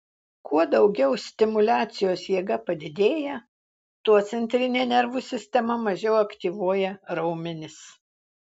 kuo daugiau stimuliacijos jėga padidėja tuo centrinė nervų sistema mažiau aktyvuoja raumenis